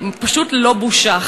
פשוט ללא בושה,